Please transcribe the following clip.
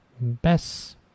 best